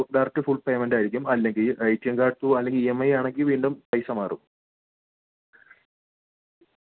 okay അതൊന്ന് ശ്രദ്ധി ക്കുക ഞാൻ ഇവിടെ നാട്ടിൽ ഇല്ലാത്തതു കൊണ്ട് നിങ്ങൾ ഒന്ന് കൈകാര്യ ചെയ്തേക്കാമോ മ്മ് ആ